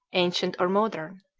ancient or modern,